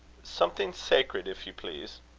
something sacred, if you please.